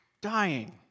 dying